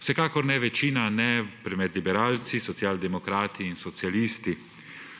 Vsekakor ne večina, ne med liberalci, socialdemokrati in socialisti.